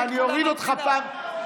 ואני אוריד אותך פעם,